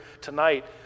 tonight